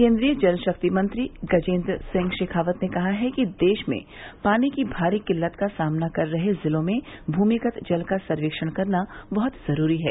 केन्द्रीय जलशक्ति मंत्री गजेन्द्र सिंह शेखावत ने कहा है कि देश में पानी की भारी किल्लत का सामना कर रहे जिलों में भ्रमिगत जल का सर्वेक्षण करना बहत जरूरी है